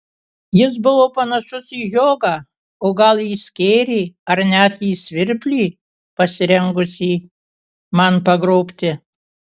jis buvo panašus į žiogą o gal į skėrį ar net į svirplį pasirengusį man pagroti